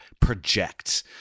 project